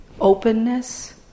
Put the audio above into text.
openness